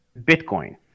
Bitcoin